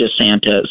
DeSantis